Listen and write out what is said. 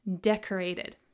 decorated